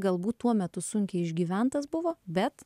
galbūt tuo metu sunkiai išgyventas buvo bet